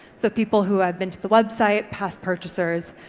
so people who have been to the website, past purchasers,